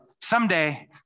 Someday